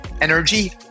energy